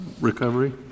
recovery